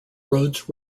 roads